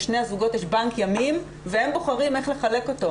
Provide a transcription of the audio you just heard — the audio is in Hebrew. לשני הזוגות יש בנק ימים והם בוחרים איך לחלק אותו.